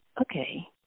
Okay